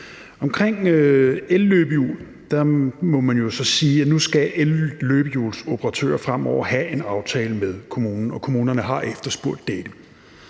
til elløbehjul må man jo så sige, at nu skal elløbehjulsoperatører fremover have en aftale med kommunerne, og kommunerne har efterspurgt dette.